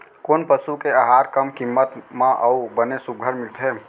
कोन पसु के आहार कम किम्मत म अऊ बने सुघ्घर मिलथे?